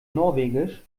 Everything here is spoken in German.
norwegisch